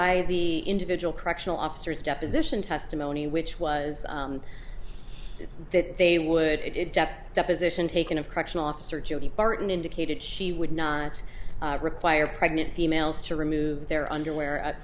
by the individual correctional officers deposition testimony which was that they would it dept deposition taken of correctional officer jodi barton indicated she would not require pregnant females to remove their underwear